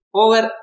over